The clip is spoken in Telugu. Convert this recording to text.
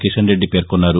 కిషన్రెడ్డి పేర్కొన్నారు